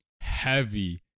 heavy